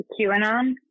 QAnon